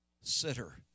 sitter